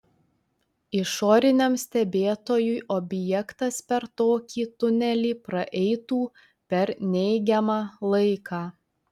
išoriniam stebėtojui objektas per tokį tunelį praeitų per neigiamą laiką